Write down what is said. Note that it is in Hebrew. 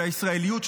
של הישראליות,